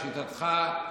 לשיטתך,